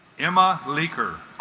emma leaker